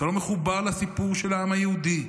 אתה לא מחובר לסיפור של העם היהודי.